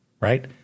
right